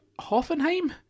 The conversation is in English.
Hoffenheim